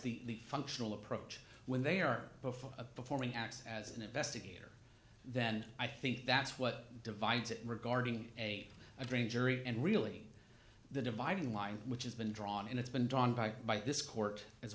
the functional approach when they are before performing acts as an investigator then i think that's what divides it regarding a drain jury and really the dividing line which has been drawn and it's been drawn back by this court as